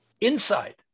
inside